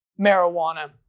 marijuana